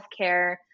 healthcare